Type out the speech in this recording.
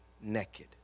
naked